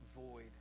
void